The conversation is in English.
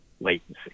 latency